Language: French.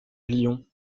lyon